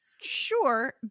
Sure